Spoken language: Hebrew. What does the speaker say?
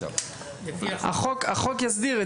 החוק יסדיר,